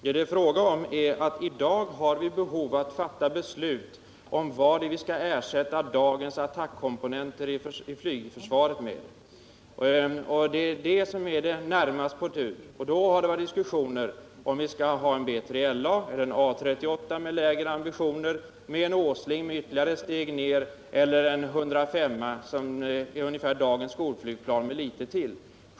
Vad det är fråga om är att vi i dag har behov av att fatta beslut om vad vi skall ersätta dagens attackenheter i flygförsvaret med. Det har då diskuterats om vi skall ha BILA, A 20 med lägre ambitioner, Åslingen som innebär ytterligare ett steg nedåt eller SAAB 105 som motsvarar i stort sett dagens skolflygplan plus litet till.